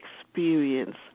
experience